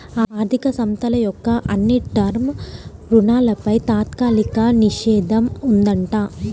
ఆర్ధిక సంస్థల యొక్క అన్ని టర్మ్ రుణాలపై తాత్కాలిక నిషేధం ఉందంట